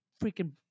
freaking